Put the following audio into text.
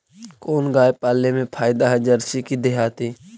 कोन गाय पाले मे फायदा है जरसी कि देहाती?